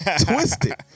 twisted